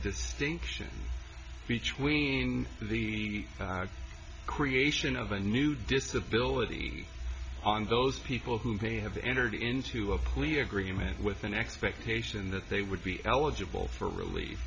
distinction between the creation of a new disability on those people who may have entered into a plea agreement with an expectation that they would be eligible for relief